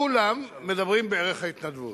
כולם מדברים בערך ההתנדבות.